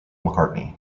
mccartney